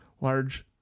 large